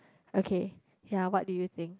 okay ya what do you think